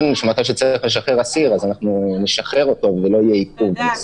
שמתי שצריך לשחרר אסיר אנחנו נשחרר אותו ולא יהיה עיכוב.